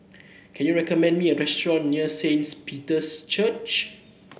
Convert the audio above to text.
can you recommend me a restaurant near Saint Peter's Church